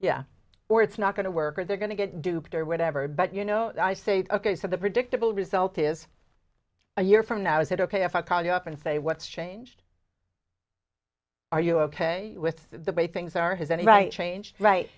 yeah or it's not going to work or they're going to get duped or whatever but you know i say to case of the predictable result is a year from now is it ok if i call you up and say what's changed are you ok with the way things are has any right change right